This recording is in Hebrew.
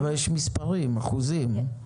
הרי יש מספרים, אחוזים.